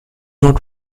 not